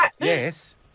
Yes